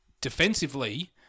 defensively